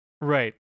right